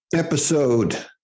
Episode